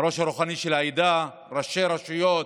הראש הרוחני של העדה, ראשי רשויות,